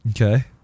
Okay